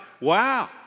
wow